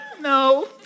no